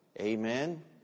Amen